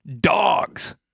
dogs